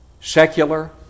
secular